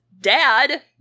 dad